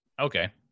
Okay